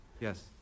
Yes